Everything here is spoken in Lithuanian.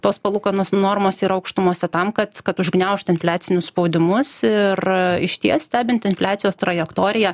tos palūkanų normos ir aukštumose tam kad kad užgniaužti infliacinius spaudimus ir išties stebint infliacijos trajektoriją